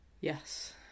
Yes